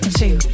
two